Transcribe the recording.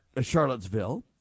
Charlottesville